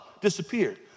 Disappeared